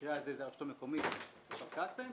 במקרה הזה זה הרשות המקומית כפר קאסם,